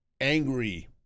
angry